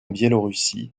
biélorussie